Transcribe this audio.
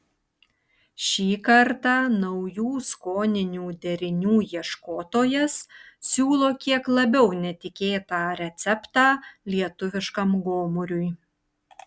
šį kartą naujų skoninių derinių ieškotojas siūlo kiek labiau netikėtą receptą lietuviškam gomuriui